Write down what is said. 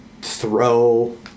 throw